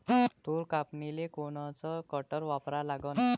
तूर कापनीले कोनचं कटर वापरा लागन?